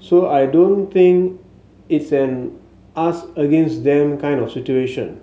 so I don't think it's an us against them kind of situation